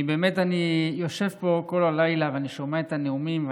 אני באמת יושב פה כל הלילה ושומע את הנאומים,